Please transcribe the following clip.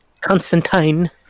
Constantine